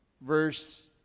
verse